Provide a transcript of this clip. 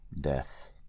death